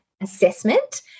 assessment